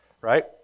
right